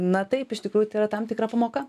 na taip iš tikrųjų tai yra tam tikra pamoka